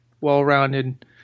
well-rounded